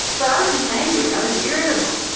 but i was just angry i was irritable,